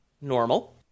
normal